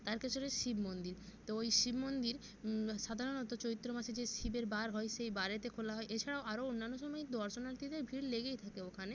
তারকেশ্বরের শিব মন্দির তো ওই শিব মন্দির সাধারণত চৈত্র মাসে যে শিবের বার হয় সেই বারেতে খোলা হয় এছাড়াও আরো অন্যান্য সময়ে দর্শনার্থীদের ভিড় লেগেই থাকে ওখানে